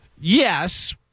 Yes